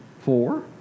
Four